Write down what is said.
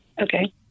Okay